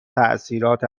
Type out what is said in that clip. تاثیرات